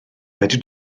fedri